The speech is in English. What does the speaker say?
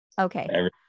okay